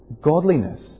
Godliness